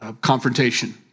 confrontation